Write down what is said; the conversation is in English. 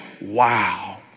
wow